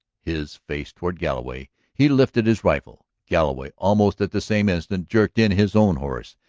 his face toward galloway, he lifted his rifle. galloway, almost at the same instant, jerked in his own horse.